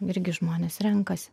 irgi žmonės renkasi